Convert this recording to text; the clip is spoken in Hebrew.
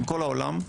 בכל העולם,